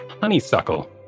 honeysuckle